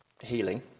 healing